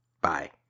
Bye